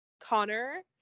Connor